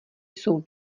jsou